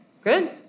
good